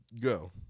go